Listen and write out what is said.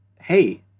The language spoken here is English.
hey